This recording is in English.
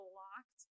locked